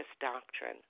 doctrine